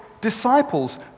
disciples